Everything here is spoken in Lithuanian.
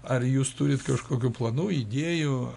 ar jūs turit kažkokių planų idėjų